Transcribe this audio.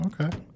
Okay